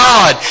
God